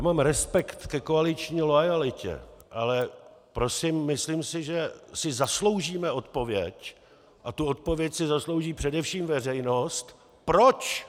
Mám respekt ke koaliční loajalitě, ale myslím si, že si zasloužíme odpověď, a tu odpověď si zaslouží především veřejnost proč?